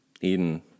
Eden